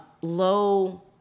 low